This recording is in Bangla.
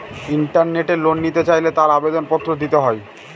ইন্টারনেটে লোন নিতে চাইলে তার আবেদন পত্র দিতে হয়